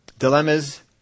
Dilemmas